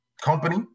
Company